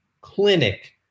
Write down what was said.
clinic